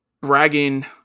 bragging